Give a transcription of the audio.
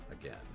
again